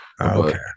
okay